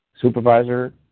supervisor